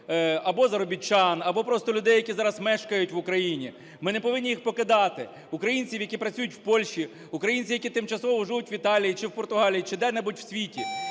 або заробітчан, або просто людей, які зараз мешкають в Україні. Ми не повинні їх покидати. Українців, які працюють в Польщі, українців, які тимчасово живуть в Італії чи в Португалії, чи де не будь в світі.